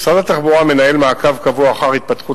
2. משרד התחבורה מנהל מעקב קבוע אחר התפתחות